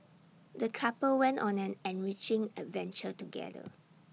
the couple went on an enriching adventure together